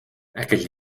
aquest